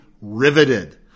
riveted